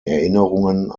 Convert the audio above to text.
erinnerungen